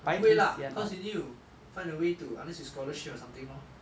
不会 lah cause you need to find a way to unless you scholarship or something lor